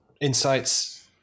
insights